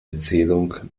erzählung